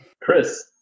Chris